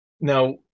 now